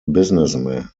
businessman